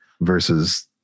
versus